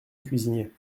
cuisinier